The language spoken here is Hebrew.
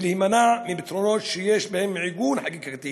ולהימנע מפתרונות שיש בהם עיגון חקיקתי